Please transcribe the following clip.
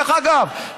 דרך אגב,